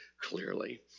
clearly